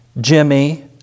Jimmy